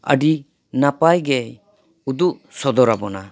ᱟᱹᱰᱤ ᱱᱟᱯᱟᱭ ᱜᱮ ᱩᱫᱩᱜ ᱥᱚᱫᱚᱨ ᱟᱵᱚᱱᱟ